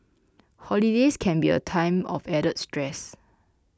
holidays can be a time of added stress